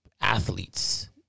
Athletes